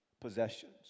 possessions